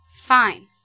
Fine